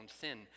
sin